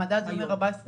למדד של 14%?